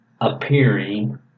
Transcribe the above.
appearing